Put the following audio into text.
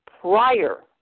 prior